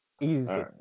Easy